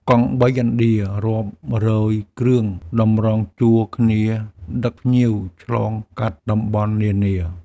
កង់បីឥណ្ឌារាប់រយគ្រឿងតម្រង់ជួរគ្នាដឹកភ្ញៀវឆ្លងកាត់តំបន់នានា។